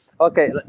Okay